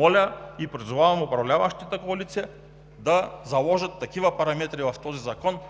моля, призовавам управляващата коалиция да заложат такива параметри в този закон –